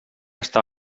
està